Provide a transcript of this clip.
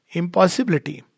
impossibility